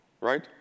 right